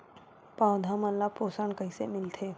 पौधा मन ला पोषण कइसे मिलथे?